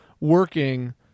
working